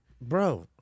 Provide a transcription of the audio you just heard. bro